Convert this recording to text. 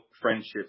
friendships